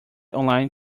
online